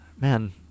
man